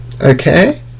Okay